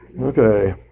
Okay